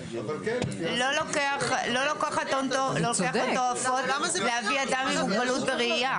זה לא לוקח הון תועפות להביא אדם עם מוגבלות בראייה.